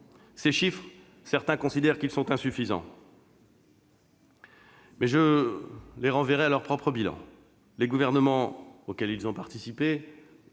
en volume. Certains considèrent que ces chiffres sont insuffisants, mais je les renverrai à leur propre bilan : les gouvernements auxquels ils ont participé